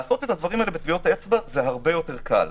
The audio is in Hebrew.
לעשות את הדברים האלה בטביעות אצבע זה הרבה יותר קל.